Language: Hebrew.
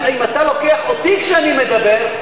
אם אתה לוקח אותי כשאני מדבר,